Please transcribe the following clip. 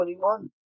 21